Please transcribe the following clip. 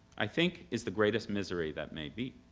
i think is the greatest misery that may be.